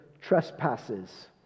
trespasses